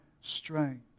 strength